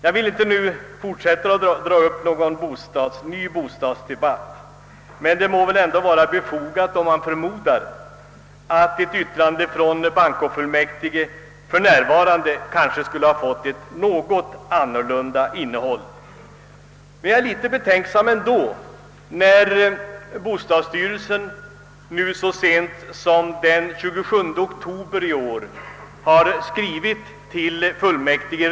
Jag vill inte nu dra upp någon bostadsdebatt, men det är väl ändå befogat att uttala en förmodan att ett yttrande från bankofullmäktige i dag skulle ha fått ett något annat innehåll. Men jag är ändå litet betänksam med hänsyn till den behandling bostadsstyrelsens skrivelse av den 27 oktober fått av bankofullmäktige.